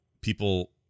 People